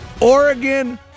Oregon